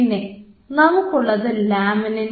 പിന്നെ നമുക്കുള്ളത് ലാമിനിൻ